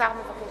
נגד יעקב